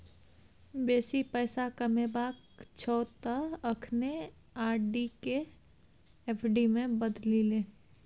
बेसी पैसा कमेबाक छौ त अखने आर.डी केँ एफ.डी मे बदलि ले